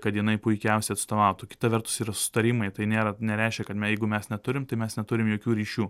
kad jinai puikiausiai atstovautų kita vertus yra sutarimai tai nėra nereiškia kad me jeigu mes neturim tai mes neturim jokių ryšių